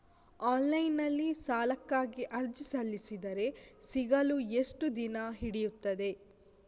Online ನಲ್ಲಿ ಸಾಲಕ್ಕಾಗಿ ಅರ್ಜಿ ಸಲ್ಲಿಸಿದರೆ ಸಿಗಲು ಎಷ್ಟು ದಿನ ಹಿಡಿಯುತ್ತದೆ?